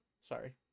sorry